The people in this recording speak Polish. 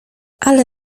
ale